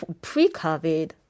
pre-covid